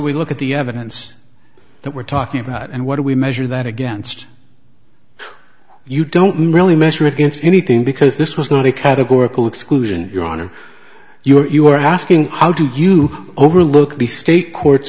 we look at the evidence that we're talking about and what do we measure that against you don't mean really measure against anything because this was not a categorical exclusion your honor you are asking how did you overlook the state court